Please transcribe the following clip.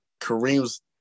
Kareem's